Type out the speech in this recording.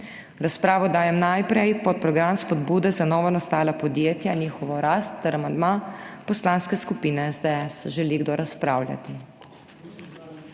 razpravo dajem najprej podprogram Spodbude za novonastala podjetja in njihovo rast ter amandma Poslanske skupine SDS. Želi kdo razpravljati?